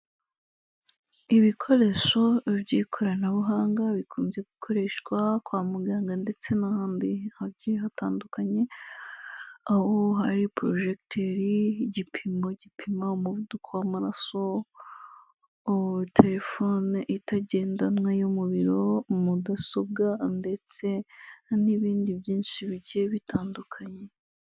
Ibikoresho by'ikoranabuhanga bikunze gukoreshwa kwa muganga ndetse n'ahandi hagiye hatandukanye, aho hari porojegiteri, igipimo gipima umuvuduko w'amaraso, telefone itagendanwa yo mu biro, mudasobwa ndetse n'ibindi byinshi bigiye bitandukanye.